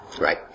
Right